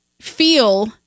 feel